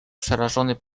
przerażony